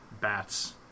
bats